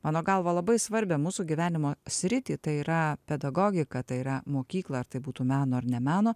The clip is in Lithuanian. mano galva labai svarbią mūsų gyvenimo sritį tai yra pedagogika tai yra mokykla ar tai būtų meno ar ne meno